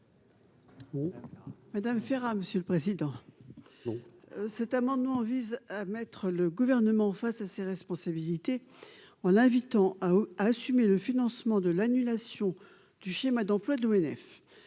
Madame Serra, monsieur le président, bon, cet amendement vise à mettre le gouvernement face à ses responsabilités en l'invitant à assumer le financement de l'annulation du schéma d'emplois de l'ONF,